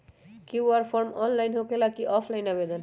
QR form online होकेला कि offline आवेदन?